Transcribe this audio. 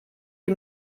die